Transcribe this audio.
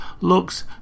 looks